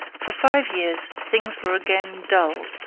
for five years things were again dull,